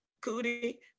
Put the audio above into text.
Cootie